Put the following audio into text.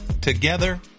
Together